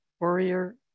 warrior